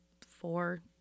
four